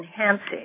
enhancing